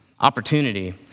opportunity